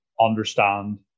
understand